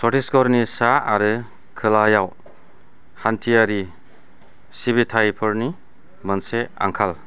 छत्तीसगढ़नि सा आरो खोलायाव हान्थियारि सिबिथायफोरनि मोनसे आंखाल